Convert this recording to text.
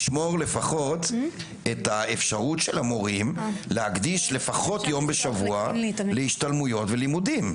את האפשרות של המורים להקדיש לפחות יום בשבוע להשתלמויות וללימודים.